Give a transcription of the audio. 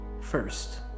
first